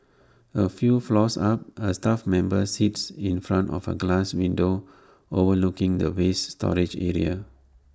A few floors up A staff member sits in front of A glass window overlooking the waste storage area